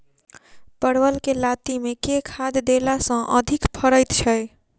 परवल केँ लाती मे केँ खाद्य देला सँ अधिक फरैत छै?